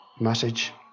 message